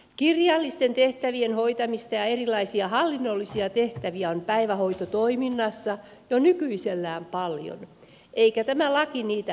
kirjallisten tehtävien hoitamista ja erilaisia hallinnollisia tehtäviä on päivähoitotoiminnassa jo nykyisellään paljon eikä tämä laki niitä vähennä